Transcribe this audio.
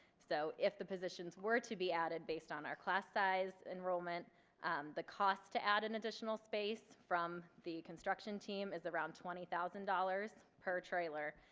so if the positions were to be added based on our class size enrollment, and the cost to add an additional space from the construction team is around twenty thousand dollars per trailer,